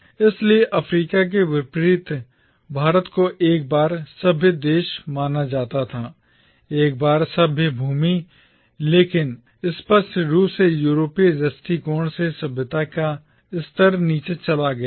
इसलिए अफ्रीका के विपरीत भारत को एक बार सभ्य देश माना जाता था एक बार सभ्य भूमि लेकिन स्पष्ट रूप से यूरोपीय दृष्टिकोण से सभ्यता का स्तर नीचे चला गया था